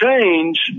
change